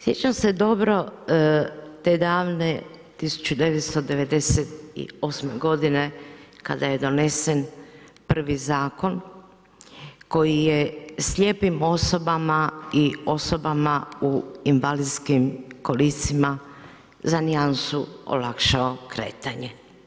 Sjećam se dobro te davne 1998. godine kada je donesen prvi zakon koji je slijepim osobama i osobama u invalidskim kolicima za nijansu olakšao kretanje.